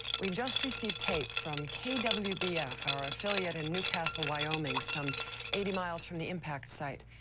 we've just received tape from kwbf our affiliate in newcastle, wyoming some eighty miles from the impact site.